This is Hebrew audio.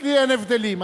אצלי אין הבדלים.